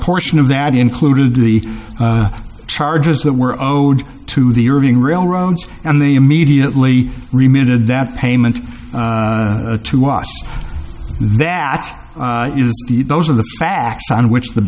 portion of that included the charges that were owed to the irving railroad and they immediately reminded that payments to watch that those are the facts on which the